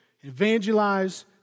evangelize